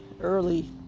early